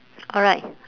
alright